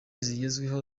zigezweho